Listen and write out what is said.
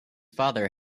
father